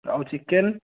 ଆଉ ଚିକେନ